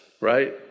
right